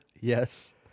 Yes